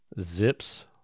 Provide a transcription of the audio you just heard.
Zips